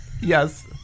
Yes